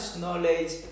knowledge